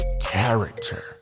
character